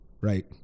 right